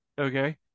Okay